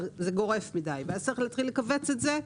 זה גורף מדי ואז צריך להתחיל לכווץ את זה.